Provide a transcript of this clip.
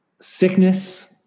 sickness